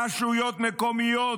רשויות מקומיות,